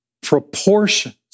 proportions